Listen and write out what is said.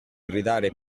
gridare